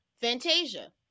Fantasia